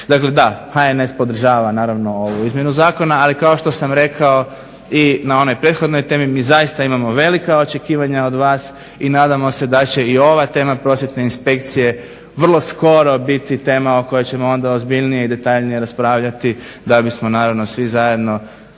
Dakle, da HNS podržava naravno ovu izmjenu zakona ali kao što sam rekao i na onoj prethodnoj temi mi zaista imamo velika očekivanja od vas i nadamo se da će i ova tema prosvjetne inspekcije vrlo skoro biti tema o kojoj ćemo onda ozbiljnije i detaljnije raspravljati da bismo onda svi zajedno